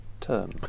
term